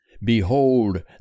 Behold